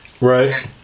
Right